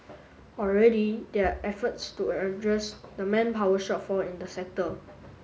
already there are efforts to address the manpower shortfall in the sector